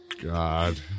god